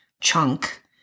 chunk